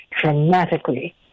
dramatically